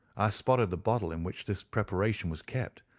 i spotted the bottle in which this preparation was kept,